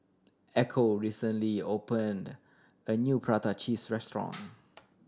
Echo recently opened a new prata cheese restaurant